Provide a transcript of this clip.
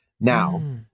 now